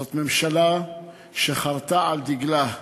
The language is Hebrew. זאת ממשלה שחרתה על דגלה: